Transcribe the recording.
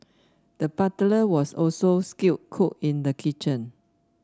the butcher was also a skilled cook in the kitchen